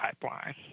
pipeline